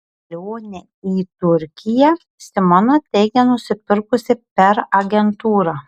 kelionę į turkiją simona teigia nusipirkusi per agentūrą